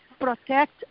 protect